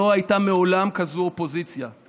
לא הייתה מעולם אופוזיציה כזאת,